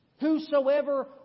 Whosoever